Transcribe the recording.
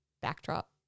backdrop